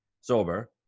sober